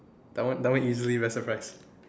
that one that one easily best surprise